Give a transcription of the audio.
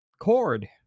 Cord